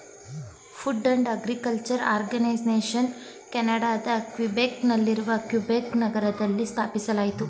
food and agriculture ಆರ್ಗನೈಸೇಷನನ್ನು ಕೆನಡಾದ Quebec ನಲ್ಲಿರುವ ಕ್ಯುಬೆಕ್ ನಗರದಲ್ಲಿ ಸ್ಥಾಪಿಸಲಾಯಿತು